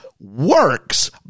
works